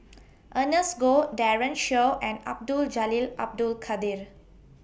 Ernest Goh Daren Shiau and Abdul Jalil Abdul Kadir